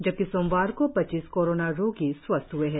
जबकि सोमवार को पच्चीस कोरोना रोगी स्वस्थ ह्ए है